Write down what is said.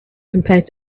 compared